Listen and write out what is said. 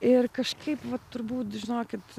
ir kažkaip va turbūt žinokit